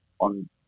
on